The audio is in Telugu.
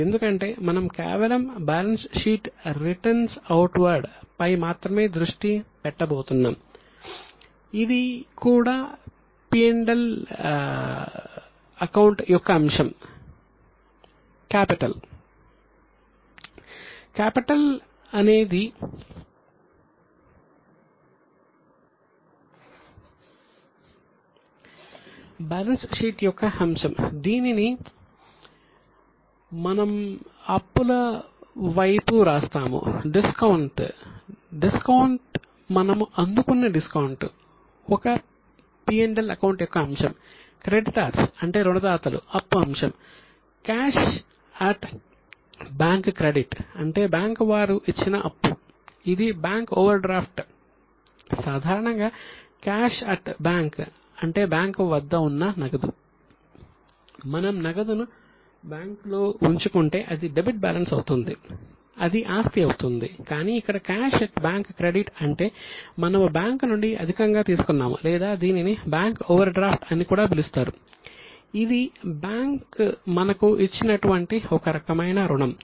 ఎందుకంటే మనం కేవలం బ్యాలెన్స్ షీట్ రిటర్న్అవుట్వార్డ్ అంటే బ్యాంకు వద్ద నగదు మనం నగదును బ్యాంకులో ఉంచుకుంటే అది డెబిట్ బ్యాలెన్స్ అవుతుంది అది ఆస్తి అవుతుంది కానీ ఇక్కడ క్యాష్ అట్ బ్యాంక్ క్రెడిట్ అంటే మనము బ్యాంకు నుండి అధికంగా తీసుకున్నాము లేదా దీనిని బ్యాంక్ ఓవర్డ్రాఫ్ట్ అని కూడా పిలుస్తారు ఇది బ్యాంక్ మనకు ఇచ్చేటువంటి ఒక రకమైన రుణం